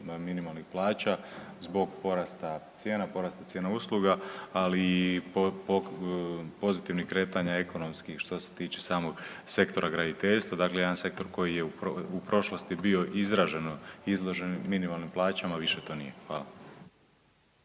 minimalnih plaća zbog porasta cijena, porasta cijena usluga, ali i pozitivnih kretanja ekonomskih što se tiče samog sektora graditeljstva. Dakle, jedan sektor koji je u prošlosti bio izraženo izložen minimalnim plaćama više to nije. Hvala.